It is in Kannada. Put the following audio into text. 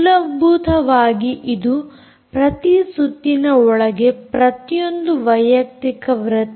ಮೂಲಭೂತವಾಗಿ ಇದು ಪ್ರತಿ ಸುತ್ತಿನ ಒಳಗೆ ಪ್ರತಿಯೊಂದು ವೈಯಕ್ತಿಕ ವೃತ್ತ